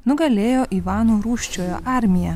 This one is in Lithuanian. nugalėjo ivano rūsčiojo armiją